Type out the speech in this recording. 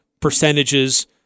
percentages